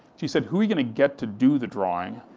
she said, who are you gonna get to do the drawing?